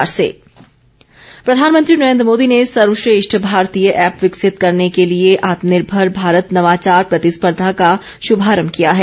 प्रधानमंत्री प्रधानमंत्री नरेन्द्र मोदी ने सर्वश्रेष्ठ भारतीय ऐप विकसित करने के लिये आत्मनिर्भर भारत नवाचार प्रतिस्पर्धा का शुभारंभ किया है